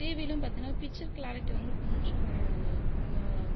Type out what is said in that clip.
டிவிலேயும் பார்த்தீங்கனா picture clarity வந்து கொஞ்சம்